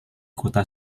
kota